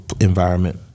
environment